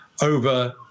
over